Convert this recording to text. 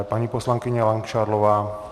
Paní poslankyně Langšádlová.